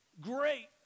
great